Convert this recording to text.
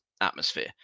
atmosphere